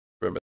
remember